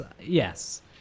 Yes